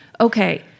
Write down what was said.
Okay